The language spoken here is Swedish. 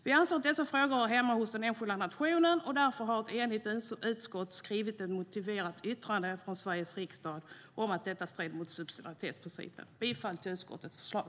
Vi anser att dessa frågor hör hemma hos den enskilda nationen, och därför har ett enigt utskott skrivit ett motiverat yttrande från Sveriges riksdag om att detta strider mot subsidiaritetsprincipen. Jag yrkar bifall till utskottets förslag.